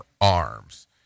Arms